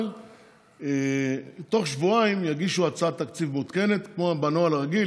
אבל בתוך שבועיים יגישו הצעת תקציב מעודכנת בנוהל הרגיל,